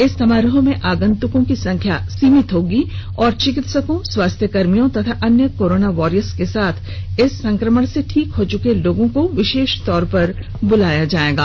इस समारोह में आगंतुको की संख्या सीमित होगी और चिकित्सकों स्वास्थ्य कर्मियों तथा अन्य कोरोना वारियर्स के साथ इस संक्रमण से ठीक हो चुके लोगों को विशेष तौर पर बुलाया जाएगा